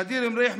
ע'דיר מריח,